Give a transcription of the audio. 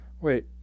Wait